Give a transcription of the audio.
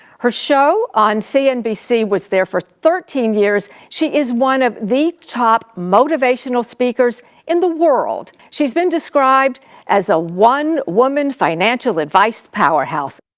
her show on cnbc was there for thirteen years. she is one of the top motivational speakers in the world. she's been described as ah a one-woman financial advise powerhouse.